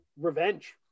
revenge